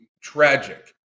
tragic